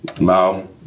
Mao